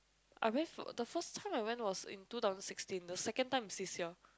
I went the first time I went was in two thousand sixteen the second time is this year